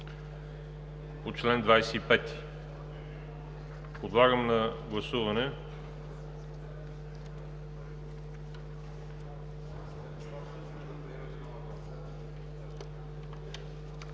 по чл. 25. Подлагам на гласуване